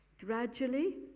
Gradually